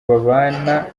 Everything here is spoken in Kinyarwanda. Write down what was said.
babana